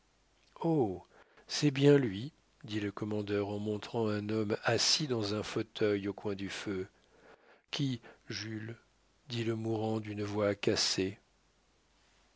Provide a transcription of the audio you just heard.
c'est bien lui dit le commandeur en montrant un homme assis dans un fauteuil au coin du feu qui jules dit le mourant d'une voix cassée